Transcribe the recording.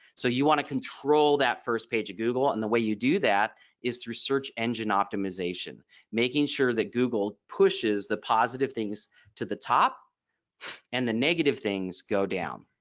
so you want to control that first page of google and the way you do that is through search engine optimization making sure that google pushes the positive things to the top and the negative things go down.